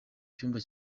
cyumba